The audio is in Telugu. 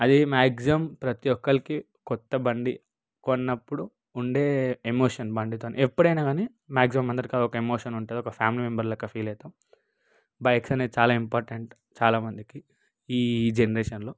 అది మ్యాక్సిమమ్ ప్రతి ఒక్కరికి కొత్త బండి కొన్నప్పుడు ఉండే ఎమోషన్ బండితో ఎప్పుడైనా కానీ మ్యాక్సిమమ్ అందరితో ఒక ఎమోషన్ ఉంటుంది ఒక ఫ్యామిలీ మెంబర్ లెక్క ఫీల్ అవుతాం బైక్స్ అనేవి చాలా ఇంపార్టెంట్ చాలామందికి ఈ జనరేషన్లో